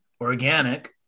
organic